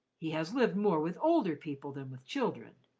he has lived more with older people than with children,